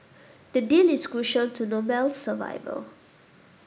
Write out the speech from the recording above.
the deal is crucial to Noble's survival